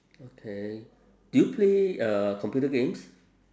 okay do you play uh computer games